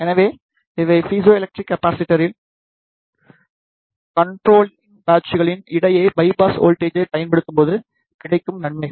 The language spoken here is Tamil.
எனவே இவை பீசோ எலக்ட்ரிக் ஆக்சுவேட்டரில் கண்ட்ரோலிங் பேட்ஸ்களின் இடையே பையாஸ் வோல்ட்டேஜை பயன்படுத்தப்படும்போது கிடைக்கும் நன்மைகள்